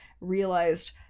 realized